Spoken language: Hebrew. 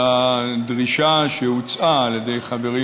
לדרישה שהוצעה על ידי חברים,